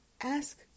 Ask